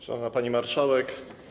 Szanowna Pani Marszałek!